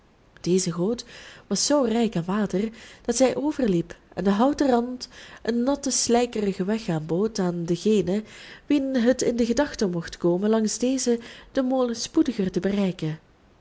deze goot was zoo rijk aan water dat zij overliep en de houten rand een natten slijkerigen weg aanbood aan dengene wien het in de gedachte mocht komen langs dezen den molen spoediger te bereiken